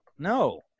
No